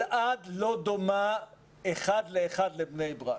אלעד לא דומה אחד לאחד לבני-ברק,